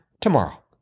tomorrow